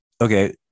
Okay